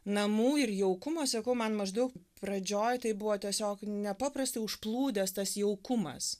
namų ir jaukumo sakau man maždaug pradžioj tai buvo tiesiog nepaprastai užplūdęs tas jaukumas